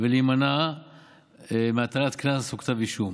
ולהימנע מהטלת קנס וכתב אישום.